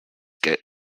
get